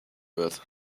wird